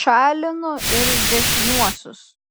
šalinu ir dešiniuosius